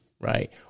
right